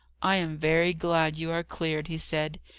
i am very glad you are cleared, he said.